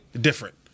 different